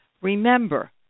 Remember